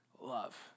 love